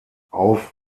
auf